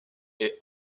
est